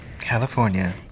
California